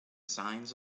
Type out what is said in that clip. signs